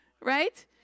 right